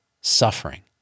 suffering